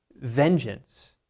vengeance